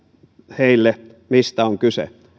heille mistä on kyse